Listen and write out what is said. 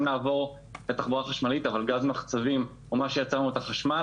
אם נעבור לתחבורה חשמלית אבל גז מחצבים או מה שייצר לנו את החשמל,